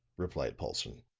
replied paulson.